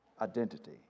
Identity